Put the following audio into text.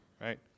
right